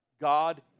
God